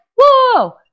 whoa